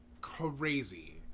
crazy